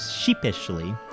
sheepishly